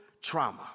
trauma